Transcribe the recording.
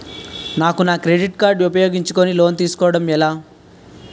నాకు నా credit card ఉపయోగించుకుని లోన్ తిస్కోడం ఎలా?